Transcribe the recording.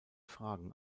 fragen